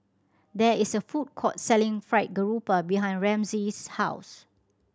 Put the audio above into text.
there is a food court selling Fried Garoupa behind Ramsey's house